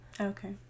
Okay